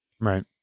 Right